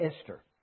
Esther